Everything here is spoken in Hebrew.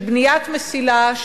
של בניית מסילה,